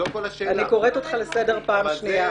אני קוראת אותך לסדר בפעם השנייה.